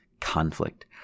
conflict